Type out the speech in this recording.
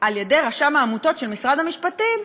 על-ידי רשם העמותות של משרד המשפטים,